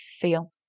feel